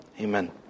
Amen